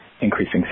increasing